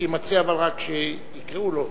שיימצא, אבל, רק כשיקראו לו.